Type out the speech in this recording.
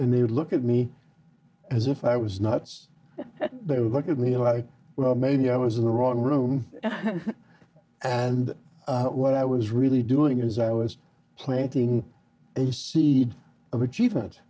and they look at me as if i was nuts that they would look at me like well maybe i was in the wrong room and what i was really doing is i was planting a seed of achievement